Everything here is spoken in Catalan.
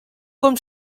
com